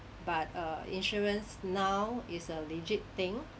but err insurance now is a legit thing